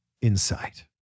insight